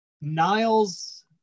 Niles